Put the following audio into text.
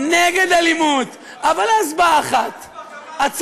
תעזוב את הדור הבא.